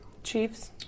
Chiefs